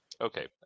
Okay